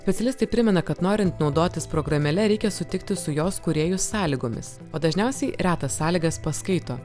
specialistai primena kad norint naudotis programėle reikia sutikti su jos kūrėjų sąlygomis dažniausiai retas sąlygas paskaito